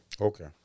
Okay